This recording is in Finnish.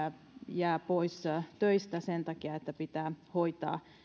jää pois töistä sen takia että pitää hoitaa